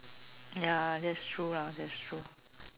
ya that's true lah that's true